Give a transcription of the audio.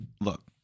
look